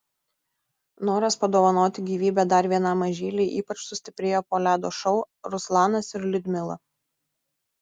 noras padovanoti gyvybę dar vienam mažyliui ypač sustiprėjo po ledo šou ruslanas ir liudmila